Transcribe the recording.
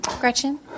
Gretchen